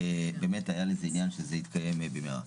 היה לזה עניין שזה התקיים במהרה.